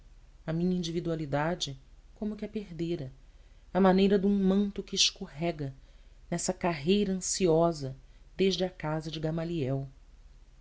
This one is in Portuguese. a minha individualidade como que a perdera à maneira de um manto que escorrega nessa carreira ansiosa desde a casa de gamaliel